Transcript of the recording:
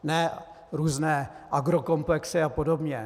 Ne různé agrokomplexy a podobně.